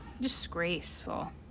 Disgraceful